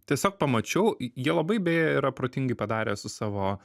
tiesiog pamačiau jie labai beje yra protingai padarė su savo